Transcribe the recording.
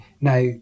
Now